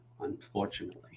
unfortunately